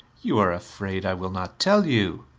you are afraid i will not tell you!